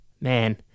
Man